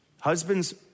Husbands